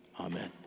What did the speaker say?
Amen